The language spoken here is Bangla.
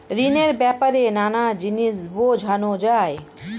ঋণের ব্যাপারে নানা জিনিস বোঝানো যায়